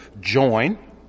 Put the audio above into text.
join